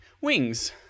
Wings